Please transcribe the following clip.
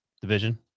Division